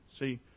See